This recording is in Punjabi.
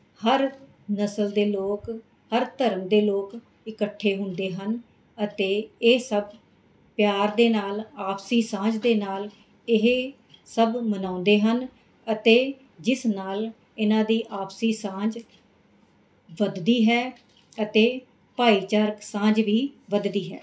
ਹਰ ਨਸਲ ਦੇ ਲੋਕ ਹਰ ਧਰਮ ਦੇ ਲੋਕ ਇਕੱਠੇ ਹੁੰਦੇ ਹਨ ਅਤੇ ਇਹ ਸਭ ਪਿਆਰ ਦੇ ਨਾਲ ਆਪਸੀ ਸਾਂਝ ਦੇ ਨਾਲ ਇਹ ਸਭ ਮਨਾਉਂਦੇ ਹਨ ਅਤੇ ਜਿਸ ਨਾਲ ਇਹਨਾਂ ਦੀ ਆਪਸੀ ਸਾਂਝ ਵੱਧਦੀ ਹੈ ਅਤੇ ਭਾਈਚਾਰਕ ਸਾਂਝ ਵੀ ਵੱਧਦੀ ਹੈ